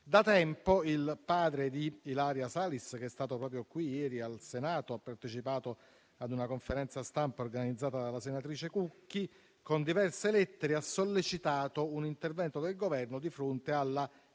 Da tempo il padre di Ilaria Salis, che è stato proprio ieri qui al Senato per partecipare a una conferenza stampa organizzata dalla senatrice Cucchi, con diverse lettere ha sollecitato un intervento del Governo di fronte